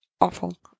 Awful